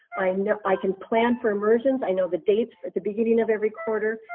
i know i can plan for immersions. i know the dates for the beginning of every quarter.